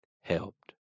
helped